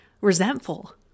resentful